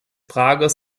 prager